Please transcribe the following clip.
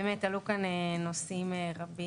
באמת עלו כאן נושאים רבים,